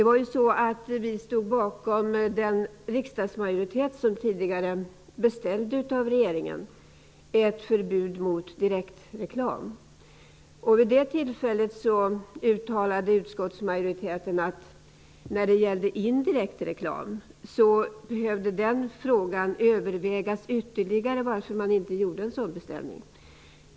Vi ingick i den riksdagsmajoritet som tidigare av regeringen beställde ett förbud mot direktreklam. Vid det tillfället uttalade utskottsmajoriteten att frågan om indirekt reklam behövde övervägas ytterligare, varför man inte gjorde en sådan beställning.